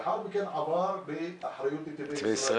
לאחר מכן הוא עבר לאחריות נתיבי ישראל